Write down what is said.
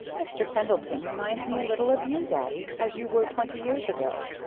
mr. pendleton reminded me a little of you, daddy, as you were twenty years ago.